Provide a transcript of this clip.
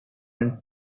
ran